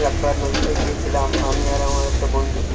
তো একবার নদীতে গিয়েছিলাম আমি আর আমার একটা বন্ধু